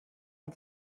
ont